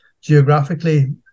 geographically